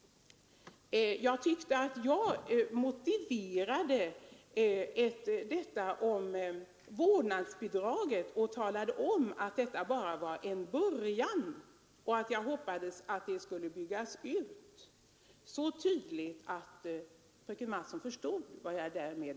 Jag tyckte att jag motiverade vårt förslag om vårdnadsbidrag och tydligt talade om att det bara var en början och att jag hoppas att bidraget skulle byggas ut.